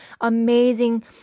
amazing